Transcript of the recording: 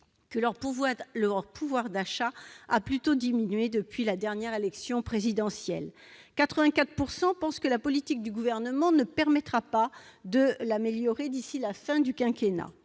que leur pouvoir d'achat a plutôt diminué depuis la dernière élection présidentielle, et 84 % pensant que la politique du Gouvernement ne permettra pas de l'améliorer d'ici à la fin du quinquennat.